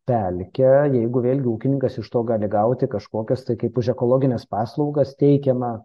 pelkę jeigu vėlgi ūkininkas iš to gali gauti kažkokios tai kaip už ekologines paslaugas teikiamą